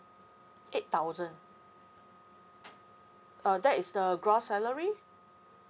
eight thousand uh that is the gross salary